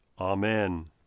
Amen